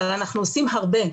אבל אנחנו עושים הרבה.